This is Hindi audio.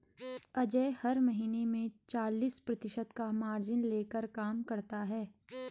अजय हर महीने में चालीस प्रतिशत का मार्जिन लेकर काम करता है